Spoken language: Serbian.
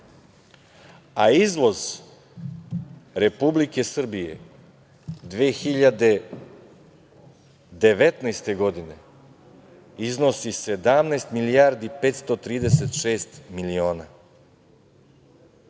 a izvoz Republike Srbije 2019. godine iznosi 17 milijardi 536 miliona.